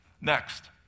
Next